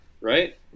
Right